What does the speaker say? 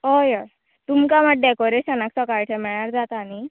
हय हय तुमकां मात डेकोरेशनाक सकाळचे मेळ्यार जाता न्ही